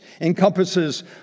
encompasses